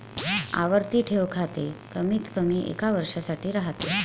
आवर्ती ठेव खाते कमीतकमी एका वर्षासाठी राहते